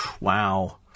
Wow